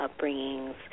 Upbringings